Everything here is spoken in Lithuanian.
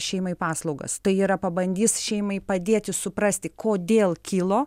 šeimai paslaugas tai yra pabandys šeimai padėti suprasti kodėl kilo